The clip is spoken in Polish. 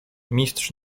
mistrz